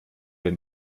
denn